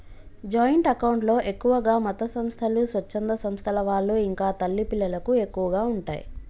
joint account లో ఎక్కువగా మతసంస్థలు, స్వచ్ఛంద సంస్థల వాళ్ళు ఇంకా తల్లి పిల్లలకు ఎక్కువగా ఉంటయ్